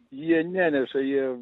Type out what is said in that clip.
jie neneša jie